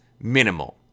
minimal